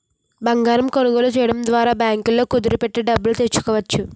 బంగారం కొనుగోలు చేయడం ద్వారా బ్యాంకుల్లో కుదువ పెట్టి డబ్బులు తెచ్చుకోవచ్చు